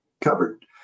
covered